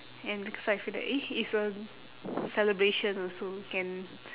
and because I feel that eh it's a celebration also can